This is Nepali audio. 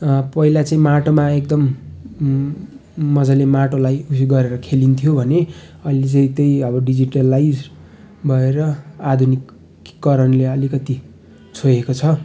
पहिला चाहिँ माटोमा एकदम मजाले माटोलाई उयो गरेर खेलिन्थ्यो भने अहिले चाहिँ त्यही अब डिजिटलाइज भएर आधुनिकीकरणले अलिकति छोएको छ